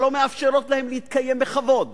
שלא מאפשרות להם להתקיים בכבוד